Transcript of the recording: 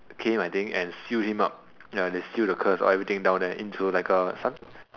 came I think and sealed him up ya they seal the curse everything down there into like a some